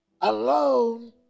alone